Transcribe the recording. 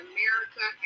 America